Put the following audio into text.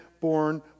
born